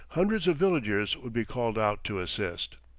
hundreds of villagers would be called out to assist.